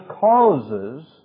causes